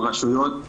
הרשויות.